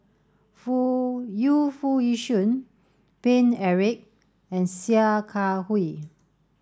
Foo Yu Foo Yee Shoon Paine Eric and Sia Kah Hui